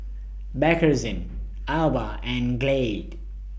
Bakerzin Alba and Glade